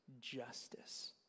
justice